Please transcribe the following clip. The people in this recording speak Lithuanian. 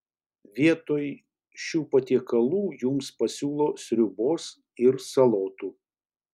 vietoj šių patiekalų jums pasiūlo sriubos ir salotų